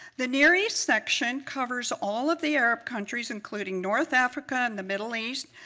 the near east section covers all of the arab countries, including north africa and the middle east,